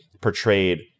portrayed